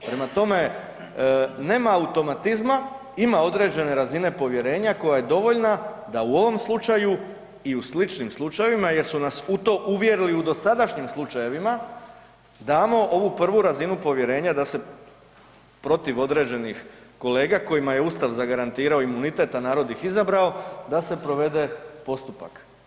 Prema tome, nema automatizma, ima određene razine povjerenja koja je dovoljna da u ovom slučaju i u sličnim slučajevima jer su nas u to uvjerili u dosadašnjim slučajevima damo ovu prvu razinu povjerenja da se protiv određenih kolega kojima je Ustav zagarantirao imunitet, a narod ih izabrao da se provede postupak.